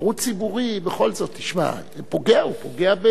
ערוץ ציבורי, בכל זאת, תשמע, הוא פוגע, הוא פוגע.